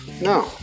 No